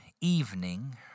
evening